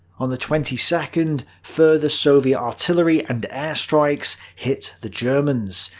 on the twenty second, further soviet artillery and air strikes hit the germans.